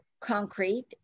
concrete